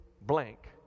blank